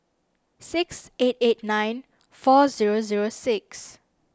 six eight eight nine four zero zero six